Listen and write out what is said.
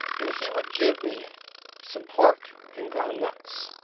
and he would give me some pork and ground nuts.